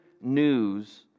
news